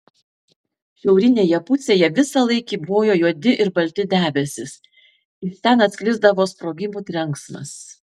šiaurinėje pusėje visąlaik kybojo juodi ir balti debesys iš ten atsklisdavo sprogimų trenksmas